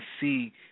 see